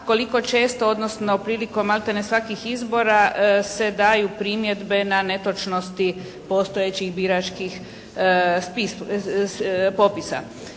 koliko često, odnosno prilikom maltene svakih izbora se daju primjedbe na netočnosti postojećih biračkih popisa.